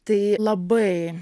tai labai